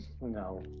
no